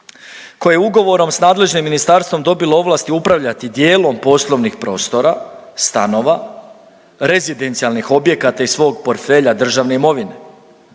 koje je ugovorom s nadležnim ministarstvom dobilo ovlasti upravljati dijelom poslovnih prostora, stanova, rezidencijalnih objekata i svog portfelja državne imovine.